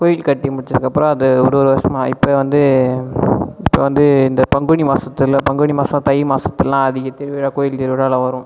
கோயில் கட்டி முடித்ததுக்கப்புறம் அது ஒரு ஒரு வருஷமாக இப்போ வந்து இப்போ வந்து இந்த பங்குனி மாசத்தில் பங்குனி மாதம் தை மாதத்து எல்லா அதிக திருவிழா கோயில் திருவிழா எல்லாம் வரும்